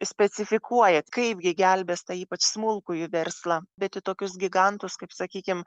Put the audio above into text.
specifikuoja kaipgi gelbės tą ypač smulkųjį verslą bet į tokius gigantus kaip sakykim